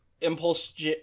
Impulse